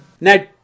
Now